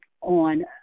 on